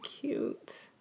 cute